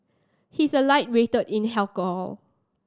he is a lightweight in alcohol